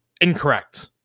incorrect